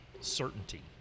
certainty